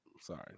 Sorry